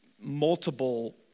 multiple